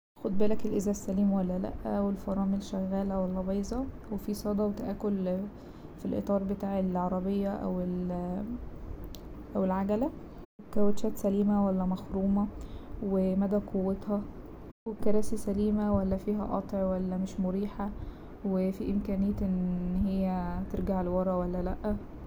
خد بالك الازاز سليم ولا لا والفرامل شغاله ولا بايظة وفي صدى وتآكل في الإطار بتاع العربية أو ال- أو العجلة الكوتشات سليمة ولا مخرومه ومدى قوتها والكراسي سليمة ولا فيها قطع ولا مش مريحة وفي امكانية ان هي ترجع لورا ولا لا؟